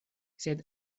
sed